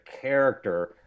character